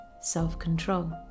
self-control